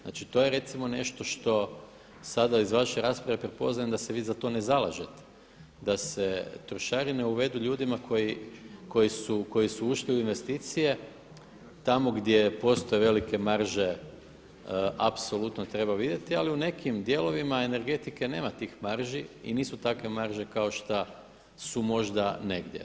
Znači to je recimo nešto što sada iz vaše rasprave prepoznajem da se vi za to ne zalažete, da se trošarine uvedu ljudima koji su ušli u investicije tamo gdje postoje velike marže apsolutno treba vidjeti, ali u nekim dijelovima energetike nema tih marži i nisu takve marže kao šta su možda negdje.